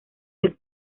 del